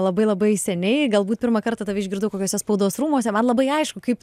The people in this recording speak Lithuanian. labai labai seniai galbūt pirmą kartą tave išgirdau kokiuose spaudos rūmuose man labai aišku kaip